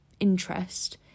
interest